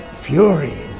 fury